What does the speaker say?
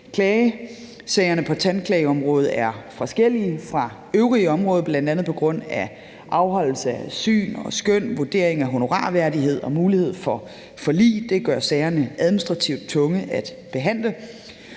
Klagesagerne på tandklageområdet er forskellige fra øvrige områder bl.a. på grund af afholdelse af syn og skøn, vurdering af honorarværdighed og mulighed for forlig, og det gør sagerne administrativt tunge at behandle.